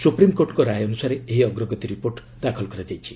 ସୁପ୍ରିମ୍କୋର୍ଟଙ୍କ ରାୟ ଅନୁସାରେ ଏହି ଅଗ୍ରଗତି ରିପୋର୍ଟ ଦାଖଲ କରାଯାଇଛି